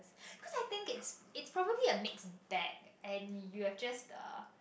cause I think it's it's probably a mix bet and you've just uh